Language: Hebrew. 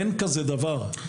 אין כזה דבר,